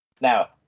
Now